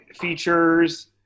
features